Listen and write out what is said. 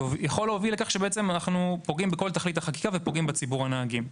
יכול להוביל לכך שאנחנו פוגעים בכל תכלית החקיקה ופוגעים בציבור הנהגים.